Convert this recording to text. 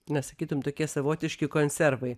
na sakytum tokie savotiški konservai